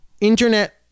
internet